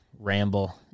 ramble